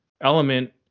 element